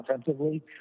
offensively